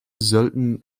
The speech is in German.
sollten